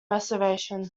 reservation